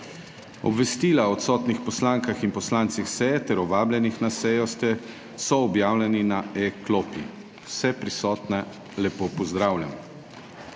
Obvestila o odsotnih poslankah in poslancih seje ter vabljenih na sejo so objavljeni na e-klopi. Vse prisotne lepo pozdravljam!